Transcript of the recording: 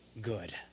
good